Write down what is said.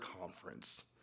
conference